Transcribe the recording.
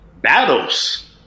battles